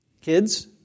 Kids